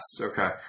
okay